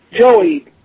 Joey